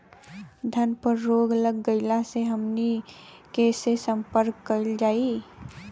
धान में रोग लग गईला पर हमनी के से संपर्क कईल जाई?